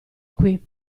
qui